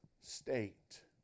state